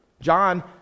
John